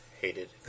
hated